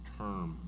term